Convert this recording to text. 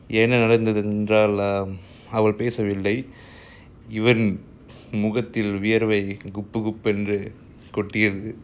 என்னநடந்ததுஎன்றால்அவள்பேசவில்லைஇவன்முகத்தில்வேர்வைகுப்புகுப்பென்றுகொட்டியது:enna nadanthathu enral aval pesavillai ivan mugathil vervai kuppu kuppendru kottiathu